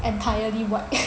entirely white